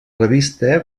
revista